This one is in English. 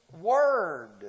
word